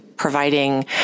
Providing